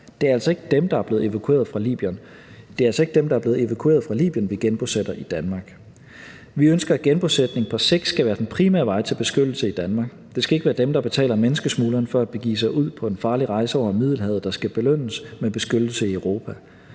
Det er altså ikke dem, der er blevet evakueret fra Libyen, vi genbosætter i Danmark. Vi ønsker, at genbosætning på sigt skal være den primære vej til beskyttelse i Danmark. Det skal ikke være dem, der betaler menneskesmuglerne for at begive sig ud på en farlig rejse over Middelhavet, der skal belønnes med beskyttelse i Europa.